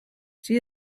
she